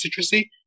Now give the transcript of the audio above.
citrusy